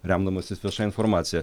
remdamasis vieša informacija